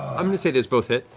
i'm going to say those both hit.